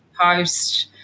post